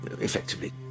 effectively